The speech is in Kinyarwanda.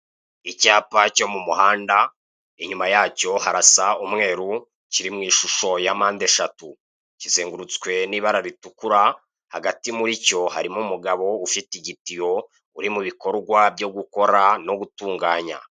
Icyapa cyo mu muhanda inyuma yacyo harasa umweru, kiri mw'ishusho ya mpand' eshatu. Kizengurutswe n'ibara ritukura hagati muricyo harimo umugabo ufite igitiyo, uri mubikorwa byo gukora no gutunganya.